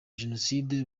jenoside